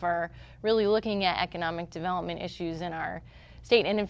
for really looking at economic development issues in our state and in